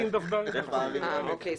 אוקיי,